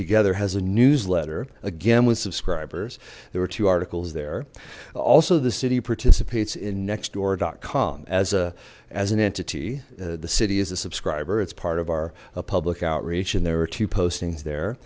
together has a newsletter again with subscribers there were two articles there also the city participates in nextdoor com as a as an entity the city is a subscriber it's part of our public outreach and there are two postings there